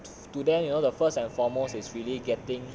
student you know the first and foremost is really getting